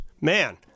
man